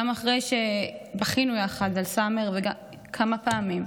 גם אחרי שבכינו יחד על סאמר, כמה פעמים.